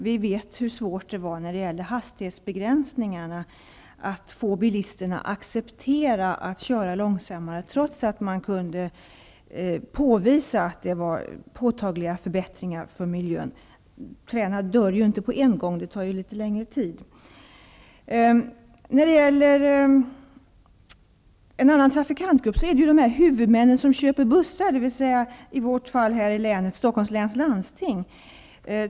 Vi vet hur svårt det var när det gällde hastighetsbegränsningarna att få bilisterna att acceptera att köra långsammare trots att det kunde påvisas att det innebar påtagliga förbättringar för miljön. Träden dör ju inte direkt, utan det tar ju litet längre tid. En annan trafikantgrupp är de huvudmän som köper bussar, och i vårt län handlar det om Stockholms läns landsting.